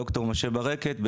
ד"ר משה ברקת,